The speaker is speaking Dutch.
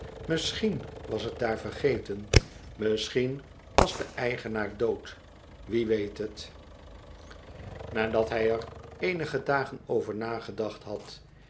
misschien was t daar vergeten misschien was de eigenaar dood wie weet het nadat hij er eenige dagen over nagedacht had